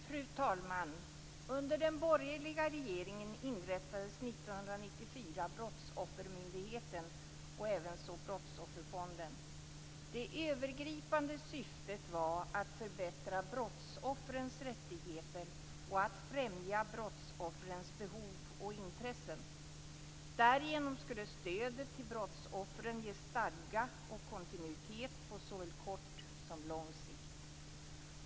Fru talman! Under den borgerliga regeringen inrättades 1994 Brottsoffermyndigheten och även Brottsofferfonden. Det övergripande syftet var att förbättra brottsoffrens rättigheter och att främja brottsoffrens behov och intressen. Därigenom skulle stödet till brottsoffren ges stadga och kontinuitet på såväl kort som lång sikt.